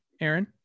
Aaron